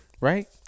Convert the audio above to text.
right